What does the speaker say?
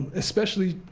especially